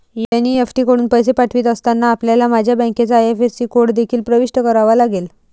NEFT कडून पैसे पाठवित असताना, आपल्याला माझ्या बँकेचा आई.एफ.एस.सी कोड देखील प्रविष्ट करावा लागेल